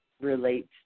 relates